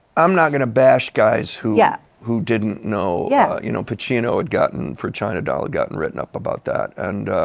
i'm not going to bash guys who yeah who didn't know, yeah you know. pacino and and for china doll got and written up about that. and